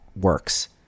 works